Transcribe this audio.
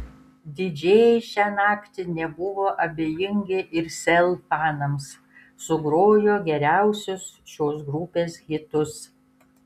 didžėjai šią naktį nebuvo abejingi ir sel fanams sugrojo geriausius šios grupės hitus